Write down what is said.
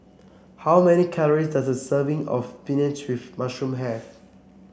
how many calories does a serving of spinach with mushroom have